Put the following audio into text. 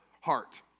heart